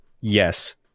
Yes